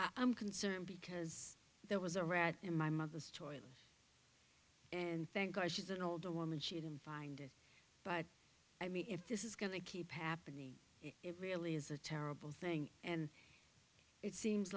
right i'm concerned because there was a rat in my mother's choice and thank god she's an older woman she didn't find it but i mean if this is going to keep happening it really is a terrible thing and it seems